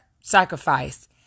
sacrifice